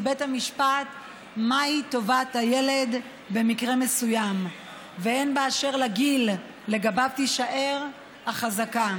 בית המשפט מהי טובת הילד במקרה מסוים והן באשר לגיל שלגביו תישאר החזקה